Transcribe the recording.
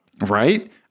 Right